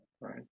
right